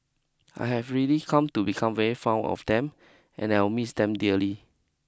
I have really come to become very found of them and I will miss them dearly